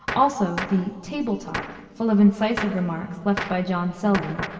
also the table talk full of incisive remarks left by john selden,